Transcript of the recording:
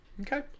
Okay